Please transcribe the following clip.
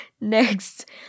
next